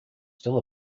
still